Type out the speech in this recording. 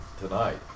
tonight